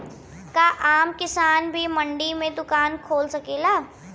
का आम किसान भी मंडी में दुकान खोल सकेला?